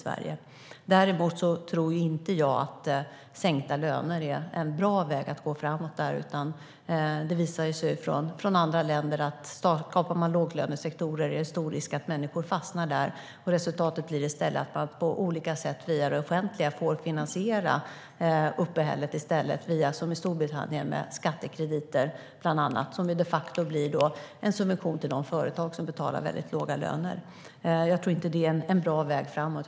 Jag tror däremot inte att sänkta löner är en bra väg framåt där. Det har visat sig i andra länder att om man skapar låglönesektorer är det stor risk att människor fastnar där, och resultatet blir att man på olika sätt i stället får finansiera uppehället via det offentliga. I Storbritannien görs detta bland annat via skattekrediter, som de facto blir en subvention till de företag som betalar väldigt låga löner. Jag tror inte att det är en bra väg framåt.